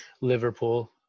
Liverpool